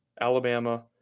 Alabama